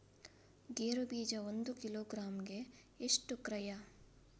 ಗೇರು ಬೀಜ ಒಂದು ಕಿಲೋಗ್ರಾಂ ಗೆ ಎಷ್ಟು ಕ್ರಯ?